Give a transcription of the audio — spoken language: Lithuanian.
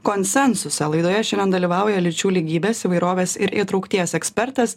konsensusą laidoje šiandien dalyvauja lyčių lygybės įvairovės ir įtraukties ekspertas